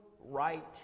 right